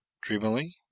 dreamily